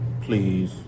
Please